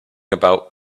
about